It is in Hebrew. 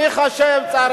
למה לגרש?